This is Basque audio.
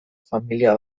familia